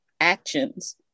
actions